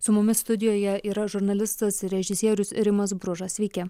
su mumis studijoje yra žurnalistas ir režisierius rimas bružas sveiki